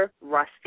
Rusty